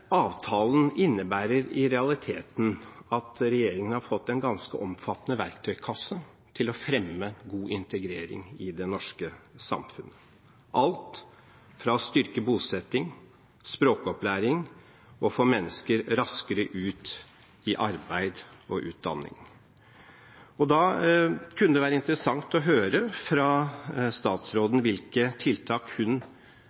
avtalen innebærer i realiteten at regjeringen har fått en ganske omfattende verktøykasse til å fremme god integrering i det norske samfunn, alt fra å styrke bosetting og språkopplæring til å få mennesker raskere ut i arbeid og utdanning. Da kunne det være interessant å høre fra statsråden